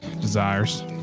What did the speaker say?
desires